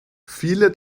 viele